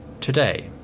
Today